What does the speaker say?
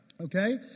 Okay